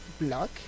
block